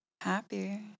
Happy